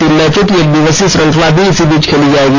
तीन मैचों की एकदिवसीय श्रृंखला भी इसी बीच खेली जाएगी